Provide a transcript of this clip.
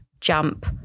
Jump